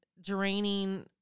draining